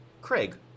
Craig